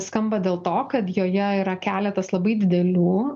skamba dėl to kad joje yra keletas labai didelių